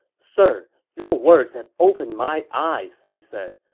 sir, your words have opened my eyes! he said.